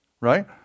right